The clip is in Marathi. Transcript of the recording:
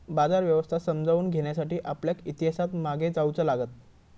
बाजार व्यवस्था समजावून घेण्यासाठी आपल्याक इतिहासात मागे जाऊचा लागात